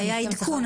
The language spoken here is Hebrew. היה עדכון.